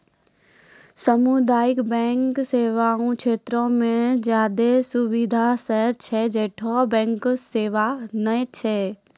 समुदायिक बैंक सेवा उ क्षेत्रो मे ज्यादे सुविधा दै छै जैठां बैंक सेबा नै छै